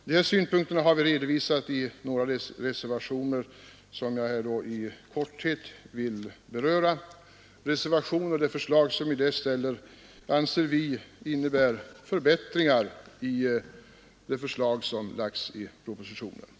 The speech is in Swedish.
Dessa synpunkter har vi redovisat i några reservationer som jag här i korthet vill beröra. De förslag som vi framför i reservationerna innebär enligt vår mening förbättringar av propositionsförslaget.